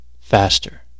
faster